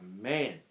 man